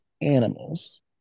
animals